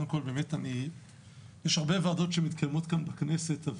יש הרבה ישיבות שמתקיימות כאן בכנסת,